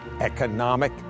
economic